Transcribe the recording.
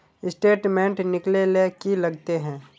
Statement निकले ले की लगते है?